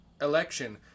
election